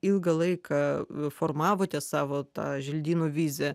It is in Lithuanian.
ilgą laiką formavote savo tą želdynų viziją